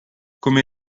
come